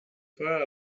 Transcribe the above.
fire